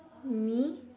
me